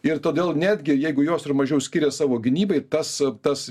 ir todėl netgi jeigu jos ir mažiau skiria savo gynybai tas tas